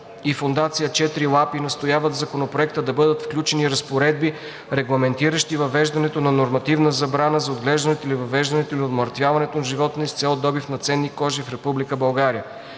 и Фондация „Четири лапи“ настояват в Законопроекта да бъдат включени разпоредби, регламентиращи въвеждането на нормативна забрана за отглеждането и/или развъждането и/или умъртвяването на животни с цел добив на ценни кожи в